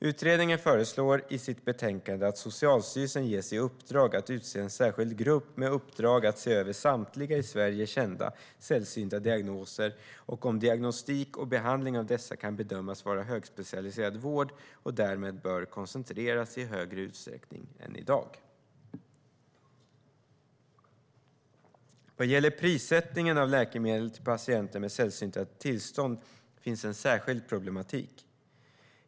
Utredningen föreslår i sitt betänkande att Socialstyrelsen ges i uppdrag att utse en särskild grupp med uppdrag att se över samtliga i Sverige kända sällsynta diagnoser och om diagnostik och behandling av dessa kan bedömas vara högspecialiserad vård och därmed bör koncentreras i högre utsträckning än i dag. Vad gäller prissättningen av läkemedel till patienter med sällsynta tillstånd finns en särskild problematik.